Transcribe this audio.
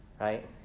right